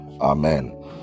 amen